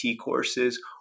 courses